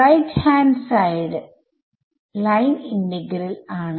RHS line integral ആണ്